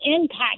impact